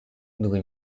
dove